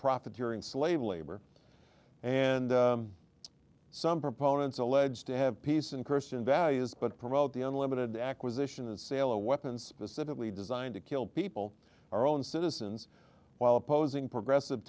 profiteering slave labor and some proponents alleged to have peace in christian values but promote the unlimited acquisition and sale a weapon specifically designed to kill people our own citizens while opposing progressive